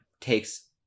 takes